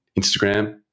Instagram